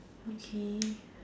okay